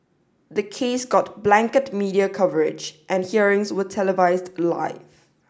the case got blanket media coverage and hearings were televised live